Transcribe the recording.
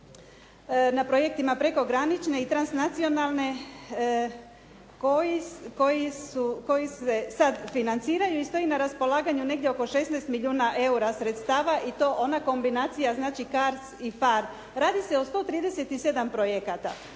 na projektima prekogranične i transnacionalne koji se sada financiraju i stoji na raspolaganju negdje oko 16 milijuna sredstava i to ona kombinacija znači CARDS i FAR. Radi se o 137 projekata.